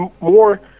more